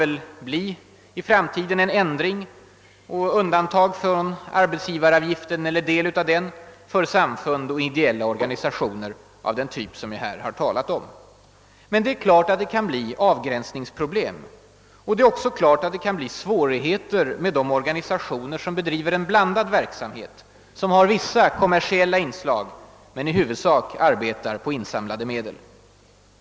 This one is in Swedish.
I framtiden bör det bli en ändring, så att undantag från arbetsgivaravgiften, eller del av den, kan medges för samfund och ideella organisationer av den typ jag här talat om. Det är klart att det kan bli avgränsningsproblem. Det kan bli svårigheter med de organisationer som bedriver en blandad verksamhet, som alltså har vissa kommersiella inslag men i huvudsak arbetar med insamlade medel.